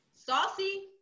Saucy